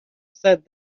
said